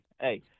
hey